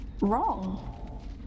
wrong